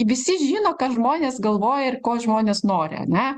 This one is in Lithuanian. visi žino ką žmonės galvoja ir ko žmonės nori ane